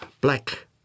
black